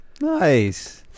Nice